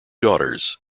daughters